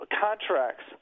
contracts